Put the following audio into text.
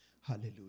Hallelujah